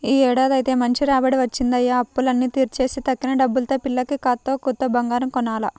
యీ ఏడాదైతే మంచి రాబడే వచ్చిందయ్య, అప్పులన్నీ తీర్చేసి తక్కిన డబ్బుల్తో పిల్లకి కాత్తో కూత్తో బంగారం కొనాల